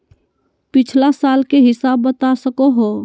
पिछला साल के हिसाब बता सको हो?